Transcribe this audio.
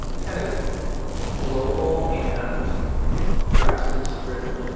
kind of global and grassroots-driven.